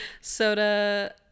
Soda